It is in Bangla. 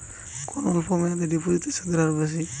কোন অল্প মেয়াদি ডিপোজিটের সুদের হার বেশি?